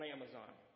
Amazon